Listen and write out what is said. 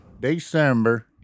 December